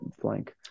flank